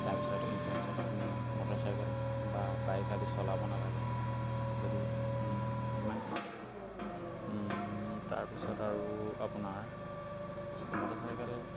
তাৰপিছত ইঞ্চুৰেঞ্চত আপুনি মটৰচাইকেল বা বাইক আদি চলাব নালাগে যদি ইমানখিনি তাৰপিছত আৰু আপোনাৰ মটৰচাইকেল